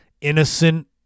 innocent